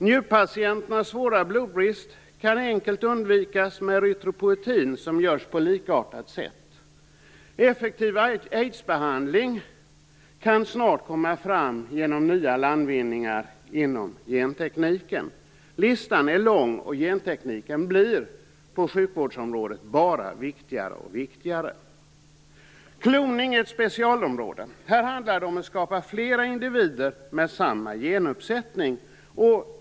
Njurpatienternas svåra blodbrist kan enkelt undvikas med erythropoetin gjorts på likartat sätt. Effektiv aidsbehandling kan snart komma fram genom nya landvinningar inom gentekniken. Listan är lång , och gentekniken blir på sjukvårdsområdet viktigare och viktigare. Kloning är ett specialområde. Här handlar det om att skapa flera individer med samma genuppsättning.